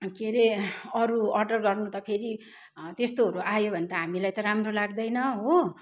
के अरे अरू अर्डर गर्नु त फेरि त्यस्तोहरू त आयो भने त हामीलाई त राम्रो लाग्दैन हो